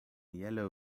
yellow